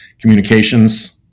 communications